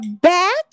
back